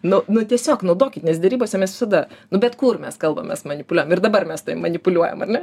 nu nu tiesiog naudokit nes derybose mes visada nu bet kur mes kalbamės manipuliuojam ir dabar mes manipuliuojam ar ne